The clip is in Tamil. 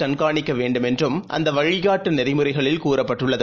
கண்காணிக்கவேண்டும் என்றும் அந்தவழிகாட்டுநெறிமுறைகளில் கூறப்பட்டுள்ளது